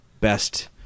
best